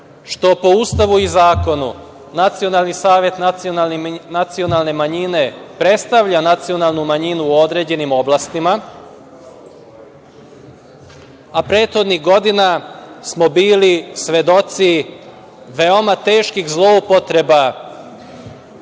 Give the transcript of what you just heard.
što po Ustavu i zakonu nacionalni savet nacionalne manjine predstavlja nacionalnu manjinu u određenim oblastima, a prethodnih godina smo bili svedoci veoma teških zloupotreba